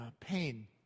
pain